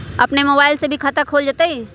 अपन मोबाइल से भी खाता खोल जताईं?